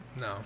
No